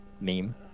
meme